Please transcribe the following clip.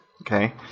Okay